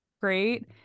great